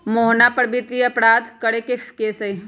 मोहना पर वित्तीय अपराध करे के केस हई